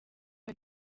ari